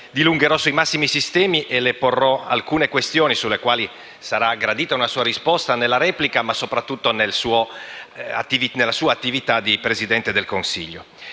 dilungherò sui massimi sistemi e le porrò alcune questioni, rispetto alle quali sarà gradita una sua risposta nella replica, ma soprattutto nella sua attività di Presidente del Consiglio.